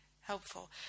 helpful